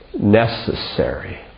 necessary